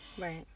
right